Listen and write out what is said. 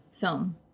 film